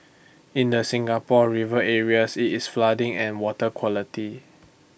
in the Singapore river areas IT is flooding and water quality